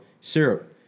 syrup